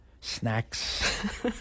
Snacks